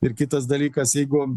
ir kitas dalykas jeigu